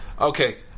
Okay